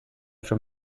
from